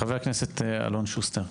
חבר הכנסת אלון שוסטר.